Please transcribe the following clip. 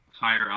higher